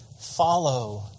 follow